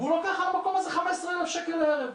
הוא לוקח על המקום הזה 15,000 שקל לערב.